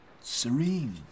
serene